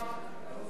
אין נמנעים.